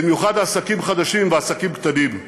במיוחד עסקים חדשים ועסקים קטנים.